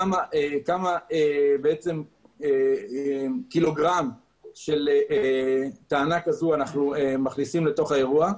כמה ק"ג של טענה כזו אנו מכניסים לאירוע.